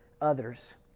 others